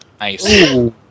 Nice